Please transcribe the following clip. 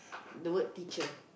the word teacher